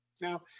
now